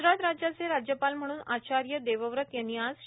गुजरात राज्याचे राज्यपाल म्हणून आचार्य देवव्रत यांनी आज पथ घेतली